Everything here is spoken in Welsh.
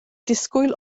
disgwyl